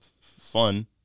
fun